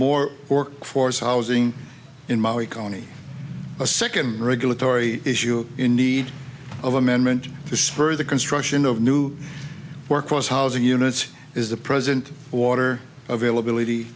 more workforce housing in maui county a second regulatory issue in need of amendment this for the construction of new workforce housing units is the present water availability